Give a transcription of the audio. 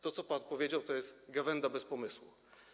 To, co pan powiedział, to jest gawęda bez pomysłu.